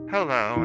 Hello